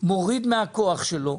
מוריד מהכוח שלו,